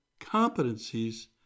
competencies